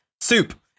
soup